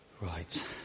Right